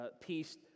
peace